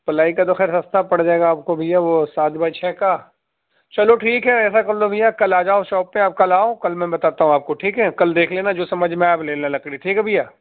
پلائی کا تو خیر سستا پڑ جائے گا آپ کو بھیا وہ سات بائی چھ کا چلو ٹھیک ہے ایسا کر لو بھیا کل آ جاؤ شاپ پہ آپ کل آؤ کل میں بتاتا ہوں آپ کو ٹھیک ہے کل دیکھ لینا جو سمجھ میں آئے وہ لے لینا لکڑی ٹھیک ہے بھیا